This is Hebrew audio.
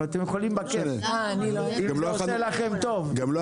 אבל אתם יכולים בכיף, אם זה עושה לכם טוב.